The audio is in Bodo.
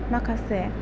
माखासे